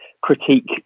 critique